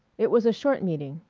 it was a short meeting.